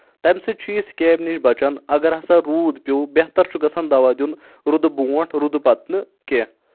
تمہِ سۭتۍ چھُ یہِ سکیب نِش بَچان اگر ہسا روٗد پیٚو بہتر چھُ گژھان دوا دیُن رُدٕ بونٛٹھ رُدٕ پَتہٕ نہٕ کینٛہہ